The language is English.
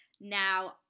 Now